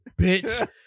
bitch